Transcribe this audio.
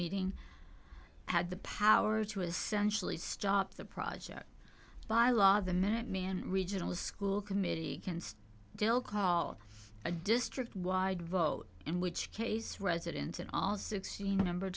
meeting had the power to essentially stop the project by law the minutemen regional school committee against dil call a district wide vote in which case residents in all sixteen a number